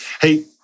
hey